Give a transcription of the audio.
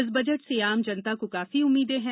इस बजट से आम जनता को काफी उम्मीदें हैं